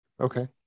Okay